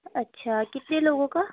اچھا کتنے لوگوں کا